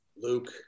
luke